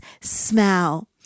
smell